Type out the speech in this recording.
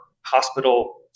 hospital